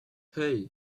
hey